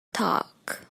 talk